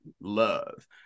love